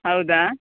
ಹೌದ